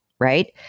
Right